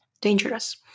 dangerous